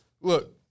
look